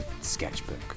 sketchbook